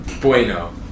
Bueno